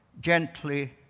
gently